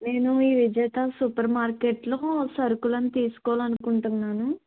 నేను ఈ విజేత సూపర్ మార్కెట్లో సరుకులను తీసుకోవాలనుకుంటున్నాను